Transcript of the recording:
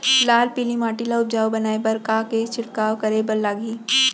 लाल पीली माटी ला उपजाऊ बनाए बर का का के छिड़काव करे बर लागही?